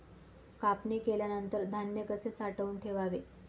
कापणी केल्यानंतर धान्य कसे साठवून ठेवावे?